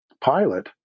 pilot